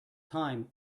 time